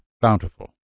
bountiful